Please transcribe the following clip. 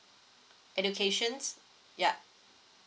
educations yup